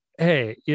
Hey